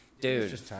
Dude